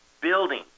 building